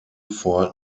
vor